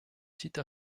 site